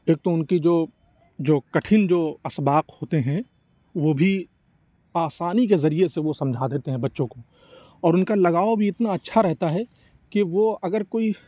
ایک تو اُن کی جو جو کٹھن جو اسباق ہوتے ہیں وہ بھی آسانی کے ذریعے سے وہ سمجھا دیتے ہیں بچوں کو اور اُن کا لگاؤ بھی اتنا اچھا رہتا ہے کہ وہ اگر کوئی